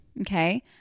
Okay